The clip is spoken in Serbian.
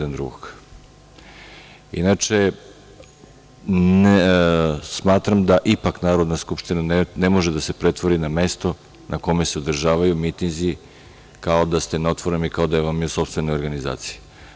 Inače, smatram da ipak Narodna skupština ne može da se pretvori na mesto na kome se održavaju mitinzi kao da ste na otvorenom i kao da vam je sopstvena organizacija.